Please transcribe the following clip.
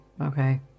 Okay